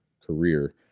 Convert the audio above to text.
career